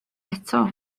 eto